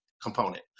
component